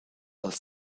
als